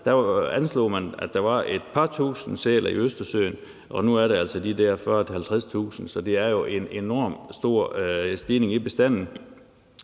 anslog man, at der var et par tusind sæler i Østersøen, og nu er der altså de der 40-50.000, så der har jo været en enormt stor stigning i bestanden.